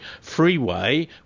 freeway